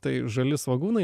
tai žali svogūnai